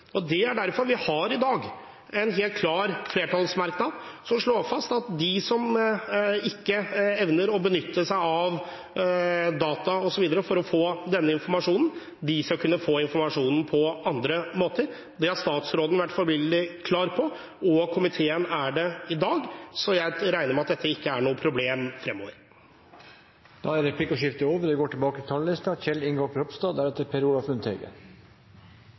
Det er derfor vi i dag har en helt klar flertallsmerknad som slår fast at de som ikke evner å benytte seg av data osv. for å få denne informasjonen, skal kunne få informasjonen på andre måter. Det har statsråden vært forbilledlig klar på, og komiteen er det i dag. Så jeg regner med at dette ikke er noe problem fremover. Replikkordskiftet er omme. Debatten i dag er fremdeles dessverre preget av høy arbeidsledighet, at det